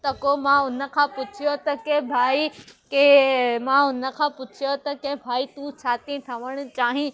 त को मां हुन खां पुछियो त की भाई की मां हुन खां पुछियो त की भाई तूं छा थी ठहणु चाहीं